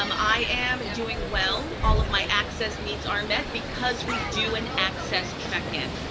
um i am and doing well. all of my access needs are met because we do an access check-in.